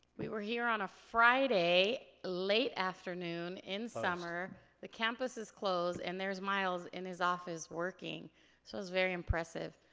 we were here on a friday late afternoon in summer. the campus is closed and there's miles in his office working so it was very impressive